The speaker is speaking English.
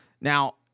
Now